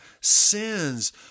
sins